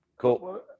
Cool